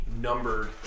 numbered